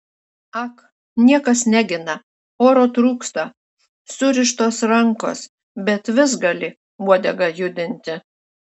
ak niekas negina oro trūksta surištos rankos bet vis gali uodegą judinti